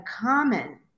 common